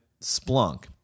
Splunk